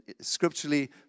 scripturally